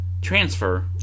transfer